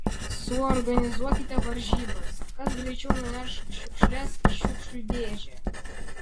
suorganizuokite varžybas kas greičiau nuneš šiukšles į šiukšlių dėžę